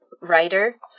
writer